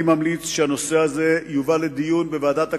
אני ממליץ שהנושא הזה יובא לדיון בוועדת הכספים,